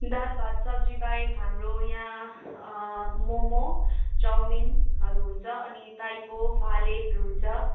दाल भात सब्जीबाहेक हाम्रो याँ मोमो चाउमिनहरू हुन्छ अनि थाइपो फालेहरू हुन्छ अनि